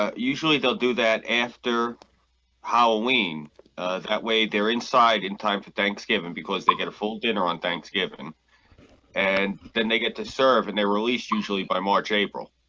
ah usually they'll do that after halloween that way they're inside in time for thanksgiving because they get a full dinner on thanksgiving and then they get to serve and they're released usually by march april